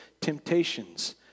temptations